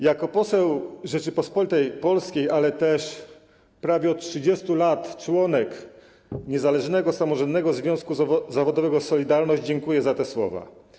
Jako poseł Rzeczypospolitej Polskiej, ale też prawie od 30 lat członek Niezależnego Samorządnego Związku Zawodowego „Solidarność” dziękuję za te słowa.